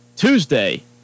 Tuesday